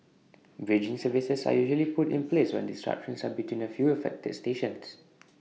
bridging services are usually put in place when disruptions are between A few affected stations